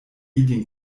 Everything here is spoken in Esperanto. ilin